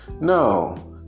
No